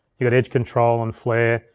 you got edge control and flare.